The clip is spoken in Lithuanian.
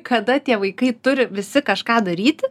kada tie vaikai turi visi kažką daryti